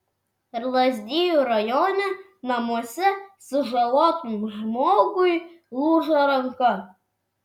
lazdijų rajone namuose sužalotam žmogui lūžo ranka